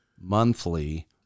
monthly